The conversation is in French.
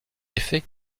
effet